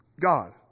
God